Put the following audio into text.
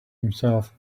himself